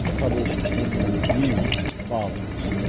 published in the review, follows